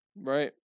Right